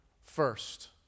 first